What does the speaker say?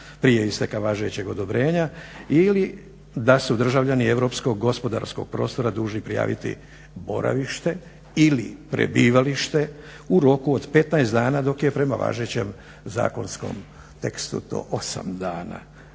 prije isteka važećeg odobrenja ili da su državljani europskog gospodarskog prostora dužni prijaviti boravište ili prebivalište u roku od 15 dana, dok je to prema važećem zakonskom tekstu to 8 dana.